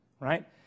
right